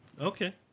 Okay